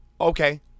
okay